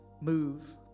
move